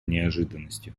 неожиданностью